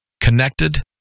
connected